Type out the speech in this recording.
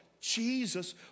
Jesus